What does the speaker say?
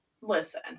listen